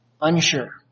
unsure